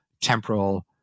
temporal